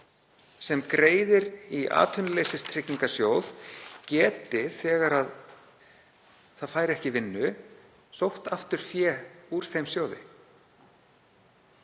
sem greiðir í Atvinnuleysistryggingasjóð geti, þegar það fær ekki vinnu, sótt aftur fé úr þeim sjóði.